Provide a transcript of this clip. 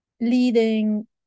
leading